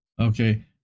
Okay